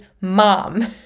mom